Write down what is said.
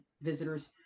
visitors